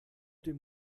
dem